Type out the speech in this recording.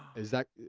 is that,